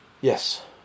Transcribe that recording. Yes